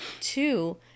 two